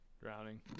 Drowning